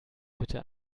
bitte